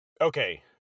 okay